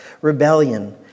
rebellion